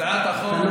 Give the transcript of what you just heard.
הצעת החוק,